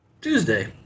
Tuesday